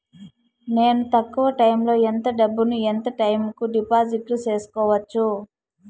నేను తక్కువ టైములో ఎంత డబ్బును ఎంత టైము కు డిపాజిట్లు సేసుకోవచ్చు?